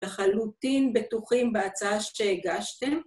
‫לחלוטין בטוחים בהצעה שהגשתם.